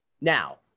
Now